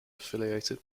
affiliated